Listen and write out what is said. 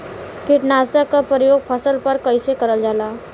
कीटनाशक क प्रयोग फसल पर कइसे करल जाला?